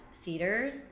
Cedars